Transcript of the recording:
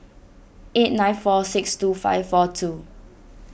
eight nine four six two five four two